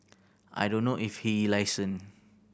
I don't know if he is licensed